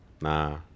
nah